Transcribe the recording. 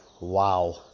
wow